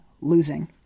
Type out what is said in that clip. losing